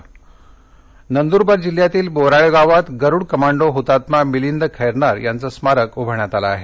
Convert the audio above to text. शहीद स्मारक नंदरवार नंदरबार जिल्ह्यातील बोराळे गावात गरुड कमांडो हतात्मा मिलिंद खैरनार यांचं स्मारक भारण्यात आलं आहे